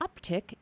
uptick